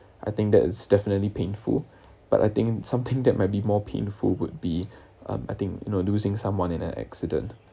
I think that is definitely painful but I think something that might be more painful would be um I think you know losing someone in an accident